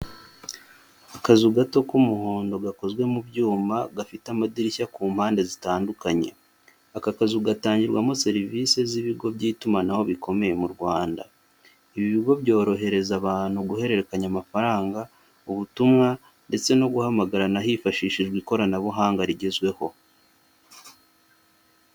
Akazu gato k'umuhondo gakozwe mubyuma gafite amadirishya kumpande zitandukanye, aka kazu gatangirwamo serivise zibigo byitumanaho bikomeye murwanda ibi bigo byorohereza abantu guhererekanya amafaranga, ubutumwa ndetse noguhamagarana hifashishijwe ikoranabuhanga rigezweho.